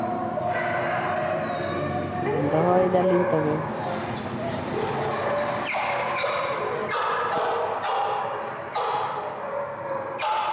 ᱦᱮᱸ ᱫᱚᱦᱚᱭ ᱫᱟᱞᱤᱧ ᱛᱚᱵᱮ